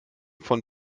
von